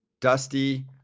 Dusty